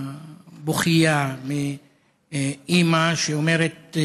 בוכייה, מאימא שאומרת: